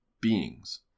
beings